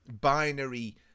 binary